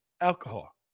Alcohol